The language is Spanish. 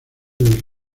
del